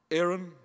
Aaron